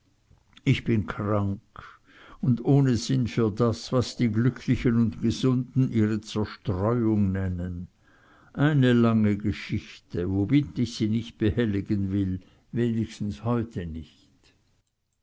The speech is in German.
ich bin krank und ohne sinn für das was die glücklichen und gesunden ihre zerstreuung nennen eine lange geschichte womit ich sie nicht behelligen will wenigstens heute nicht